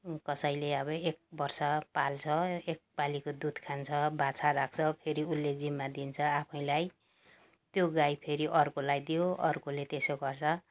कसैले अब एक वर्ष पाल्छ एक पालिको दुध खान्छ बाछा राख्छ फेरि उसले जिम्मा दिन्छ आफैँलाई त्यो गाई फेरि अर्कोलाई दियो अर्कोले त्यसो गर्छ